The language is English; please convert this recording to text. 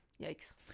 Yikes